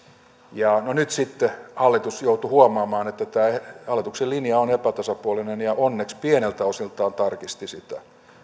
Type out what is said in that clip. no nyt sitten hallitus joutui huomaamaan että tämä hallituksen linja on epätasapuolinen ja onneksi pieneltä osin tarkisti sitä